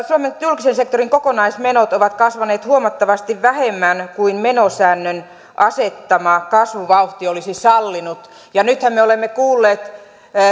suomen julkisen sektorin kokonaismenot ovat kasvaneet huomattavasti vähemmän kuin menosäännön asettama kasvuvauhti olisi sallinut ja nythän me olemme kuulleet